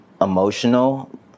emotional